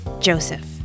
joseph